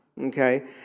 okay